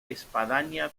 espadaña